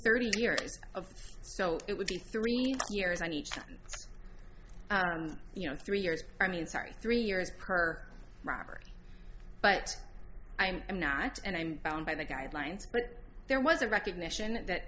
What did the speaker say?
thirty years of so it would be three years on each you know three years i mean sorry three years per robbery but i'm not and i'm bound by the guidelines but there was a recognition that